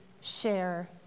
share